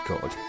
God